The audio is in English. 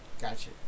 Gotcha